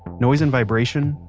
noise and vibration,